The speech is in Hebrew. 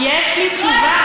רגע, יש לי תשובה.